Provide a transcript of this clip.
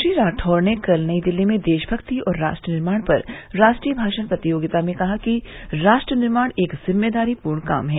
श्री राठौड़ ने कल नई दिल्ली में देशमक्ति और राष्ट्र निर्माण पर राष्ट्रीय भाषण प्रतियोगिता में कहा कि राष्ट्र निर्माण एक जिम्मेदारीपूर्ण काम है